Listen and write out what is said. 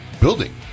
building